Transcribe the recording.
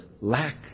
lack